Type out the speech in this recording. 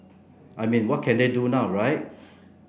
I mean what can they do now right